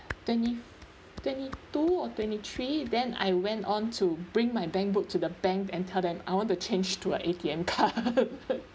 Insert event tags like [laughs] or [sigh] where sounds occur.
twenty twenty two or twenty three then I went on to bring my bank book to the bank and tell them I want to change to a A_T_M card [laughs]